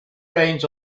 reins